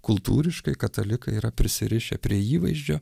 kultūriškai katalikai yra prisirišę prie įvaizdžio